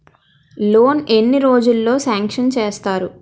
Loan ఎన్ని రోజుల్లో sanction చేస్తారు?